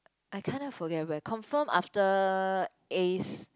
I kind of forget where confirm after A's